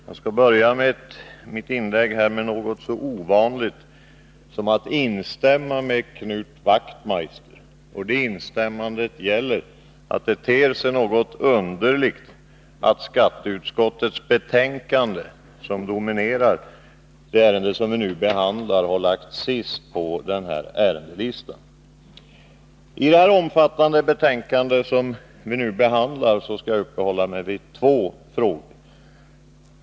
Herr talman! Jag skall börja mitt inlägg med något så ovanligt som att instämma i Knut Wachtmeisters anförande. Instämmandet gäller att det ter sig något underligt att skatteutskottets betänkande, som dominerar det ärende som vi nu behandlar, har lagts sist på ärendelistan. I det omfattande betänkande från skatteutskottet som vi nu behandlar skall jag uppehålla mig vid två frågor.